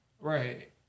Right